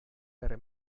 per